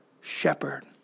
shepherd